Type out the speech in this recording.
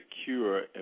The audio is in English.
secure